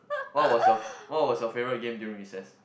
what was your what was your favourite game during recess